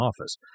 office